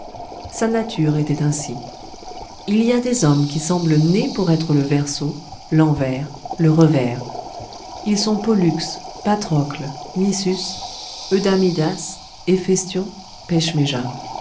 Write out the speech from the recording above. sa nature était ainsi il y a des hommes qui semblent nés pour être le verso l'envers le revers ils sont pollux patrocle nisus